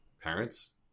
parents